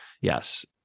Yes